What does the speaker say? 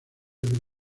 del